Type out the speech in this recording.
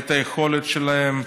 את היכולת שלהם,